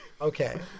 Okay